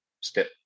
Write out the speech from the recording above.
step